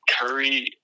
Curry